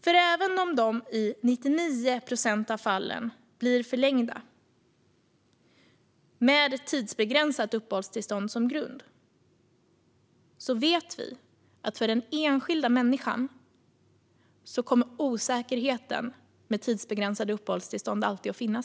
För även om de tidsbegränsade uppehållstillstånden i 99 procent av fallen blir förlängda vet vi att för den enskilda människan kommer osäkerheten med tidsbegränsade uppehållstillstånd alltid att finnas.